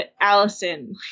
allison